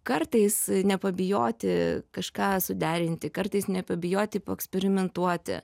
kartais nepabijoti kažką suderinti kartais nepabijoti paeksperimentuoti